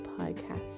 podcast